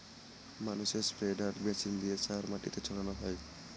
ম্যানুরে spreader machine দিয়ে সার মাটিতে ছড়ানো হয়